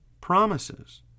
promises